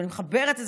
אני מחברת את זה,